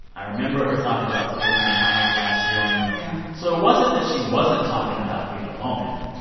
i remember her talking about breaking the final glass ceiling yeah so it wasn't that she wasn't talking about being a woman.